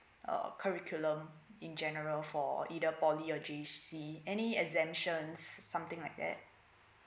uh curriculum in general for either poly or J_C any exemptions something like that